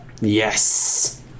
Yes